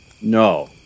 No